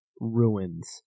ruins